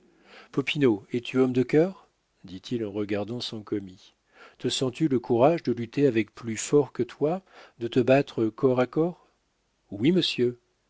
es-tu homme de cœur dit-il en regardant son commis te sens-tu le courage de lutter avec plus fort que toi de te battre corps à corps oui monsieur